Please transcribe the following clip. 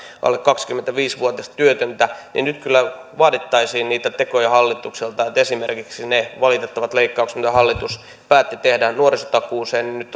alle kaksikymmentäviisi vuotiasta työtöntä niin nyt kyllä vaadittaisiin niitä tekoja hallitukselta esimerkiksi niitä valitettavia leikkauksia mitä hallitus päätti tehdä nuorisotakuuseen nyt